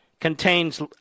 Contains